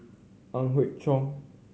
Ang Hiong Chiok